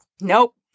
Nope